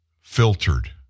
filtered